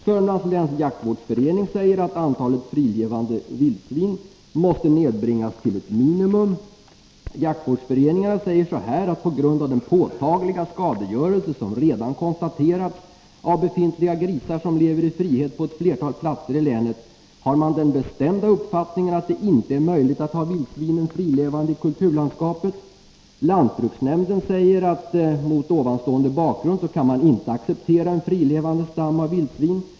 Södermanlands läns jaktvårdsförening säger att antalet frilevande svin måste ”nedbringas till ett minimum” och ”på grund av den påtagliga skadegörelse som redan konstaterats av befintliga grisar som lever i frihet på ett flertal platser i länet har man den bestämda uppfattningen att det inte är möjligt att ha vildsvinen frilevande i kulturlandskapet”. Lantbruksnämnden anför: ”Lantbruksnämnden kan mot ovanstående bakgrund inte acceptera en frilevande stam av vildsvin.